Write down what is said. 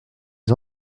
les